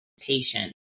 patient